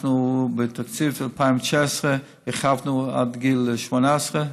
בתקציב 2019 הרחבנו את זה עד גיל 18,